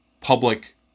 public